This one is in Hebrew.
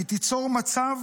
היא תיצור מצב